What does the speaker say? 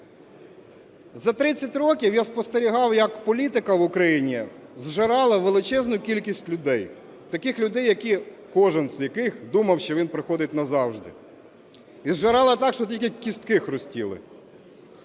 За 30 років я спостерігав, як політика в Україні зжирала величезну кількість людей, таких людей, які, кожен з яких, думав, що він приходить назавжди. І зжирала так, що тільки кістки хрустіли.